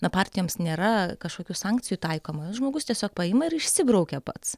na partijoms nėra kažkokių sankcijų taikoma žmogus tiesiog paima ir išsibraukia pats